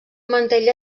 mantell